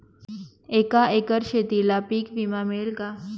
एका एकर शेतीला पीक विमा मिळेल का?